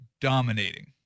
dominating